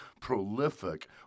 prolific